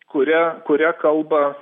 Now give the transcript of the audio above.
kuria kuria kalba